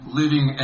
living